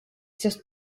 sest